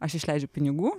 aš išleidžiu pinigų